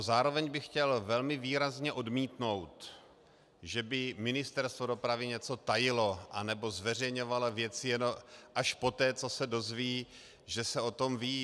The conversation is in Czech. Zároveň bych chtěl velmi výrazně odmítnout, že by Ministerstvo dopravy něco tajilo nebo zveřejňovalo věci až poté, co se dozví, že se o tom ví.